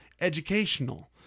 educational